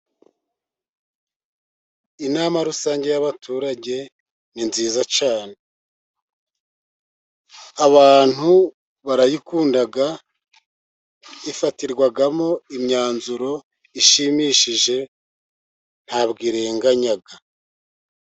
Inama rusange y’abaturage ni nziza cyane, abantu barayikunda. Ifatirwamo imyanzuro ishimishije, ntabwo irenganya.